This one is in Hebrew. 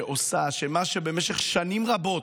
שעושה, שמה שבמשך שנים רבות,